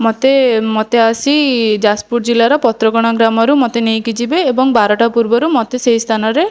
ମୋତେ ମୋତେ ଆସି ଯାଜପୁର ଜିଲ୍ଲାର ପତ୍ରକଣା ଗ୍ରାମରୁ ମୋତେ ନେଇକି ଯିବେ ଏବଂ ବାରଟା ପୂର୍ବରୁ ମୋତେ ସେଇ ସ୍ଥାନରେ